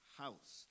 house